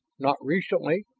not recently,